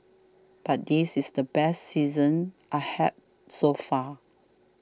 but this is the best season I have so far